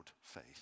faith